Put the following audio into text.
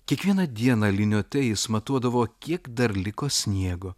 kiekvieną dieną liniuote jis matuodavo kiek dar liko sniego